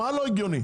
מה לא הגיוני?